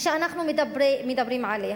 שאנחנו מדברים עליה.